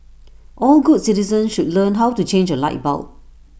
all good citizens should learn how to change A light bulb